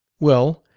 well,